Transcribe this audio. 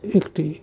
একটি